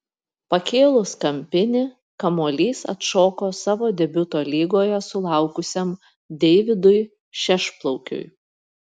pakėlus kampinį kamuolys atšoko savo debiuto lygoje sulaukusiam deividui šešplaukiui